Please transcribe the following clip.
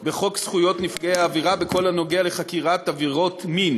בחוק זכויות נפגעי עבירה בכל הנוגע לחקירת עבירות מין.